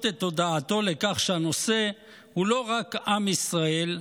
את תודעתו לכך שהנושא הוא לא רק עם ישראל,